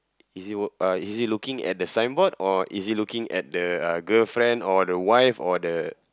is he uh looking at the signboard or is he looking at the uh girlfriend or the wife or the